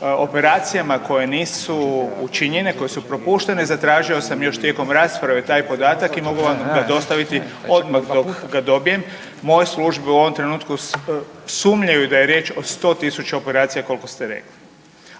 operacijama koje nisu učinjene, koje su propuštene, zatražio sam još tijekom rasprave taj podatak i mogu vam ga dostaviti odmah dok ga dobijem, moje službe u ovom trenutku sumnjaju da je riječ o 100 000 operacija, koliko ste rekli.